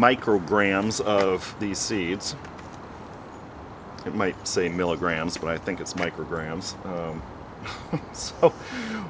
micrograms of these seeds it might say milligrams but i think it's micrograms it's